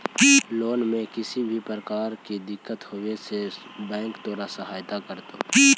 loan में किसी भी प्रकार की दिक्कत होवे से बैंक तोहार सहायता करतो